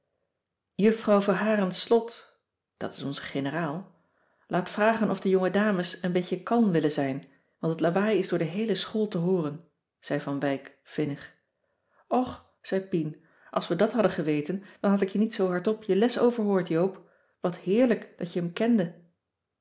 juffrouw verharen slot dat is onze generaal laat vragen of de jongedames een beetje kalm willen zijn want t lawaai is door de heele school te hooren zei van wijk vinnig och zei pien als we dat hadden geweten dan had ik je niet zoo hardop je les overhoord joop wat heerlijk dat je m kende